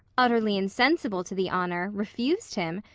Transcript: utterly insensible to the honor, refused him,